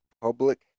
public